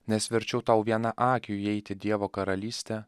nes verčiau tau vienaakiui įeiti dievo karalystę